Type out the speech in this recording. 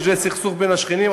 זה סכסוך בין השכנים,